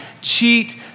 cheat